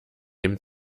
dem